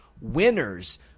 winners